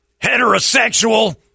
heterosexual